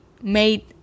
made